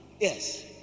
yes